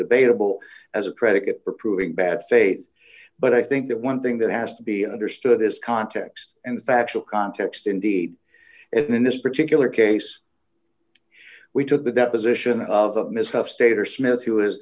debatable as a predicate for proving bad faith but i think that one thing that has to be understood is context and the factual context indeed and in this particular case we took the deposition of ms huff stater smith who is